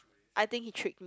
I think he tricked me